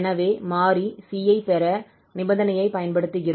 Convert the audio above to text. எனவே மாறி c ஐ பெற இந்த நிபந்தனையைப் பயன்படுத்துகிறோம்